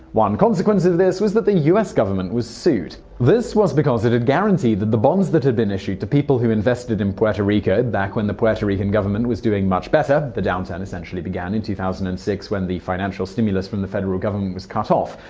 one consequence of this was that the us government was sued. this was because it had guaranteed that the bonds that had been issued to people who invested in puerto rico back when the puerto rican government was doing much better the downturn essentially began in two thousand and six when financial stimulus from the federal government was cut off.